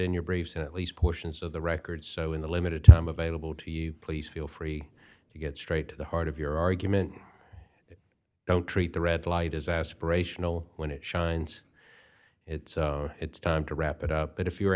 in your briefs in at least portions of the record so in the limited time available to you please feel free to get straight to the heart of your argument don't treat the red light as aspirational when it shines it's it's time to wrap it up but if you're